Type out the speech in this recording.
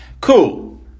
Cool